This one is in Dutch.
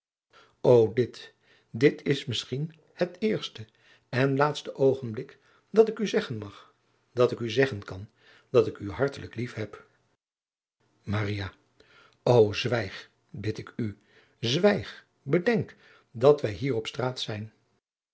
o dit dit is misschien het eerste en laatste oogenblik dat ik u zeggen mag dat ik u zeggen kan dat ik u hartelijk lief heb maria o zwijg bid ik u zwijg bedenk dat wij hier op straat zijn